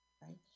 right